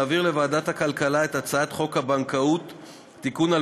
להעביר לוועדת הכלכלה את הצעת חוק הבנקאות (תיקון,